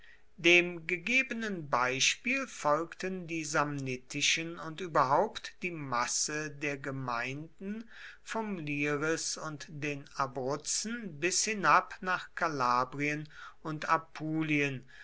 dem gegebenen beispiel folgten die samnitischen und überhaupt die masse der gemeinden vom liris und den abruzzen bis hinab nach kalabrien und